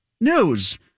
news